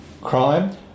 crime